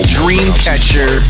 dreamcatcher